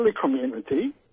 community